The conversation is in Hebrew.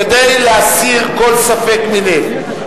כדי להסיר כל ספק מלב,